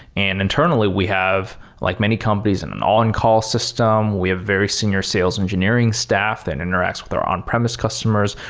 and internally, we have like many companies in an on-call system. we have very senior sales engineering staff that interacts with our on-premise customers.